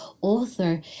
author